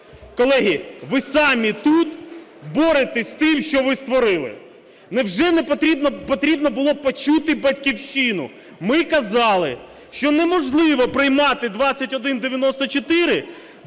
Колеги, ви самі тут боретесь з тим, що ви створили. Невже не потрібно було почути "Батьківщину", ми казали, що неможливо приймати 2194,